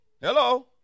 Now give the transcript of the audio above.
Hello